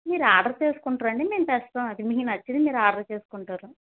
మీరు ఆర్డర్ చేసుకుంటారండి మేం తెస్తాం అది మీకు నచ్చింది మీరు ఆర్డర్ చేసుకుంటారు